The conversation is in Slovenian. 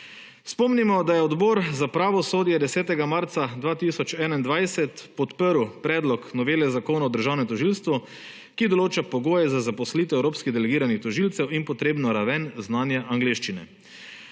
Spomnimo, da je Odbor za pravosodje 10. marca 20201 podprl predlog novele Zakona o državnem tožilstvu, ki določa pogoje za zaposlitev evropskih delegiranih tožilcev in potrebno raven znanja angleščine.